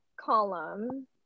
column